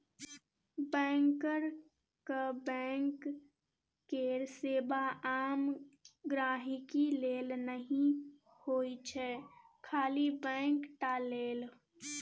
बैंकरक बैंक केर सेबा आम गांहिकी लेल नहि होइ छै खाली बैंक टा लेल